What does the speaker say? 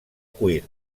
cuir